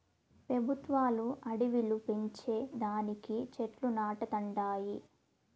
పెబుత్వాలు అడివిలు పెంచే దానికి చెట్లు నాటతండాయి